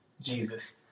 Jesus